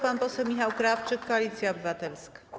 Pan poseł Michał Krawczyk, Koalicja Obywatelska.